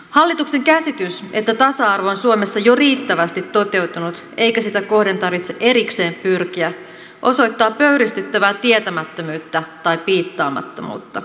hallituksen käsitys että tasa arvo on suomessa jo riittävästi toteutunut eikä sitä kohden tarvitse erikseen pyrkiä osoittaa pöyristyttävää tietämättömyyttä tai piittaamattomuutta